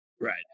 right